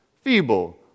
feeble